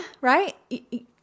right